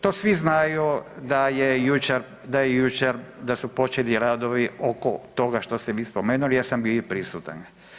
To svi znaju da je jučer, da je jučer, da su počeli radovi oko toga što ste vi spomenuli ja sam bio i prisutan.